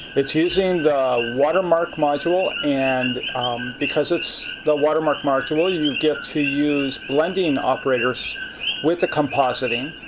it's using the watermark module. and um because it's the watermark module, you get to use blending operators with the compositing.